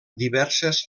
diverses